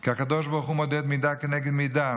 כי הקדוש ברוך הוא מודד מידה כנגד מידה.